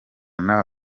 nta